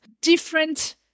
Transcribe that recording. different